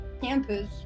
campus